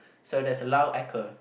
so there's a loud echo